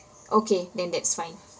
okay then that's fine